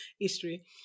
history